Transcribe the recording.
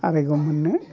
आरायग' मोननो